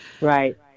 Right